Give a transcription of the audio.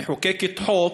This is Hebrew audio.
מחוקקת חוק,